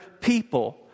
people